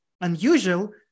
unusual